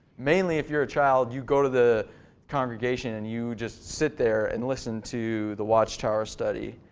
mainly, if you're a child. you go to the congregation and you just sit there and listen to the watchtower study.